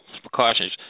precautions